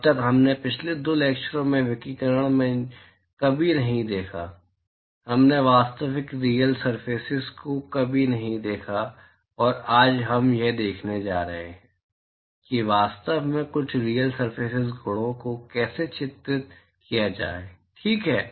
अब तक हमने पिछले दो लैक्चरो में विकिरण में कभी नहीं देखा हमने वास्तविक रीयल सरफेस को कभी नहीं देखा और आज हम यह देखने जा रहे हैं कि वास्तव में कुछ रीयल सरफेस गुणों को कैसे चित्रित किया जाए ठीक है